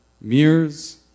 mirrors